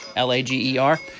Lager